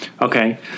Okay